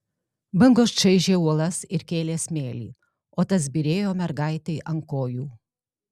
bangos čaižė uolas ir kėlė smėlį o tas byrėjo mergaitei ant kojų